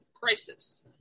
crisis